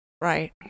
right